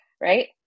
right